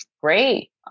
Great